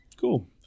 Cool